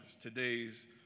today's